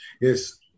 Yes